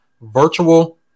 virtual